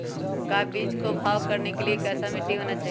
का बीज को भाव करने के लिए कैसा मिट्टी होना चाहिए?